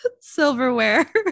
silverware